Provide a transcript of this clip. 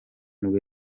nibwo